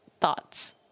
thoughts